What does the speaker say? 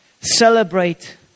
celebrate